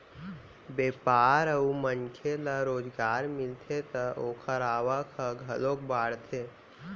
बेपार अउ मनखे ल रोजगार मिलथे त ओखर आवक ह घलोक बाड़थे